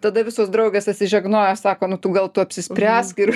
tada visos draugės atsižegnoja sako nu tu gal tu apsispręsk ir